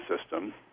system